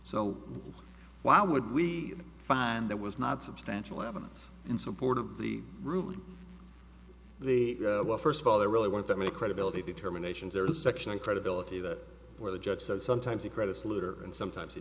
so why would we find that was not substantial evidence in support of the root the first of all there really weren't that many credibility determinations or section on credibility that where the judge says sometimes he credits later and sometimes he